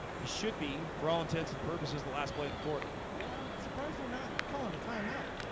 this should be for all intents and purposes the last play of the quarter. yeah surprised. they're not calling a timeout